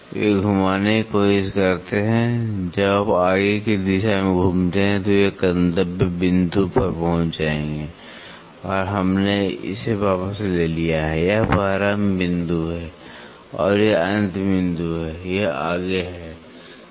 वे घुमाने की कोशिश करते हैं जब आप आगे की दिशा में घूमते हैं तो वे एक गंतव्य बिंदु पर पहुंच जाएंगे और फिर हमने इसे वापस ले लिया है यह प्रारंभ बिंदु है और यह अंत बिंदु है यह आगे है